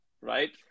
right